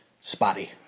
spotty